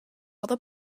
other